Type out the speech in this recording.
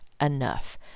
enough